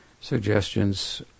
suggestions